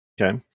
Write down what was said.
Okay